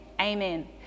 Amen